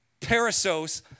Parasos